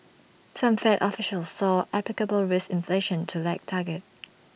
some fed officials saw applicable risk inflation to lag target